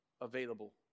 available